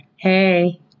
Hey